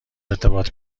ارتباط